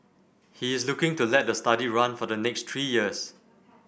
he is looking to let the study run for the next three years